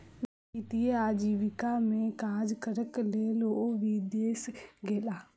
वित्तीय आजीविका में काज करैक लेल ओ विदेश गेला